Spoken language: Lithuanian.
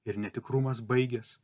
ir netikrumas baigias